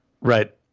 Right